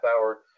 hour